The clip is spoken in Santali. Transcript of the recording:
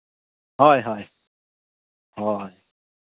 ᱦᱳᱭ ᱦᱳᱭ ᱦᱳᱭ